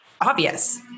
obvious